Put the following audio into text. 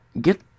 Get